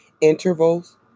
Intervals